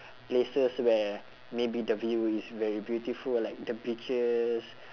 places where maybe the view is very beautiful like the beaches